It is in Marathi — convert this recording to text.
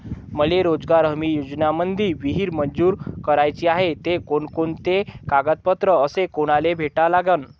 मले रोजगार हमी योजनेमंदी विहीर मंजूर कराची हाये त कोनकोनते कागदपत्र अस कोनाले भेटा लागन?